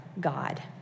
God